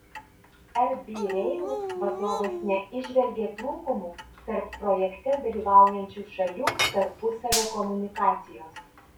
rb rail vadovas neįžvelgė trūkumų tarp projekte dalyvaujančių šalių tarpusavio komunikacijos